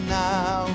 now